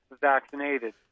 vaccinated